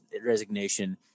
resignation